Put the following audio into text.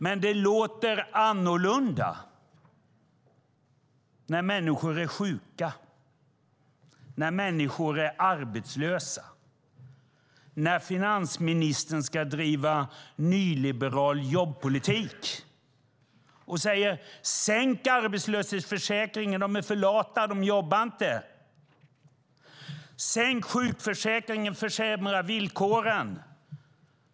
Men det låter annorlunda när människor är sjuka, när människor är arbetslösa och när finansministern ska bedriva nyliberal jobbpolitik och säger: Sänk arbetslöshetsförsäkringen! De är för lata, de jobbar inte. Sänk sjukförsäkringen, försämra villkoren!